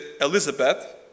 Elizabeth